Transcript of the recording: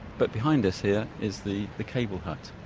but behind us here is the the cable hut.